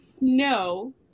no